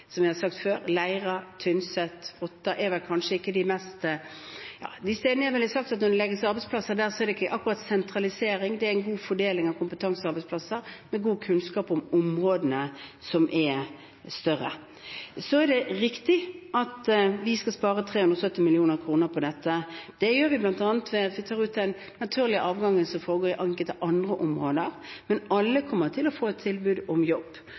Som jeg har sagt før: Når det legges arbeidsplasser til Leira, Tynset og Otta, ville jeg kanskje ikke sagt at det akkurat er sentralisering; det er en god fordeling av kompetansearbeidsplasser, med god kunnskap om områdene, som er større. Det er riktig at vi skal spare 370 mill. kr på dette. Det gjør vi bl.a. ved at vi tar ut den naturlige avgangen som foregår i enkelte andre områder, men alle kommer til å få et tilbud om jobb.